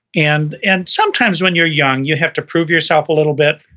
and and sometimes, when you're young, you have to prove yourself a little bit.